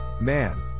man